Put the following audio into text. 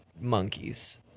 monkeys